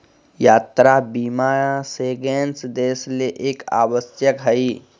यात्रा बीमा शेंगेन देश ले एक आवश्यक हइ